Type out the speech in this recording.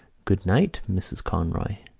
good-night, mrs. conroy.